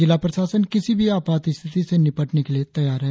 जिला प्रशासन किसी भी आपात स्थिति से निपटने के लिए तैयार है